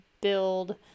build